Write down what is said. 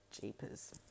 Jeepers